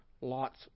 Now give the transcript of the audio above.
Lot's